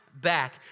back